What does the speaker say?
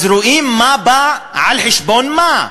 אז רואים מה בא על חשבון מה.